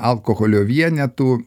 alkoholio vienetų